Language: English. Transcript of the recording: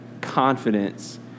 confidence